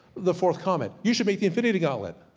the fourth comment, you should make the infinity gauntlet.